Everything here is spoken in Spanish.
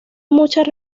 muchas